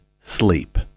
sleep